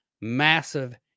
massive